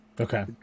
Okay